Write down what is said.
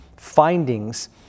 findings